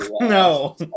No